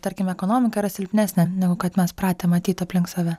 tarkim ekonomika yra silpnesnė negu kad mes pratę matyt aplink save